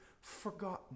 forgotten